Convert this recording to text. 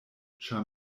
ĉar